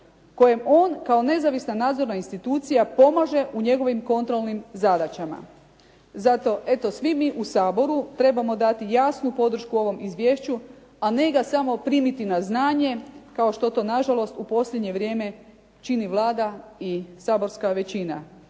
kojem on kao nezavisna nadzorna institucija pomaže u njegovim kontrolnim zadaćama. Zato eto svi mi u Saboru trebamo dati jasnu podršku ovom izvješću, a ne ga samo primiti na znanje kao što to nažalost u posljednje vrijeme čini Vlada i saborska većina.